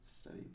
Study